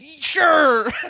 sure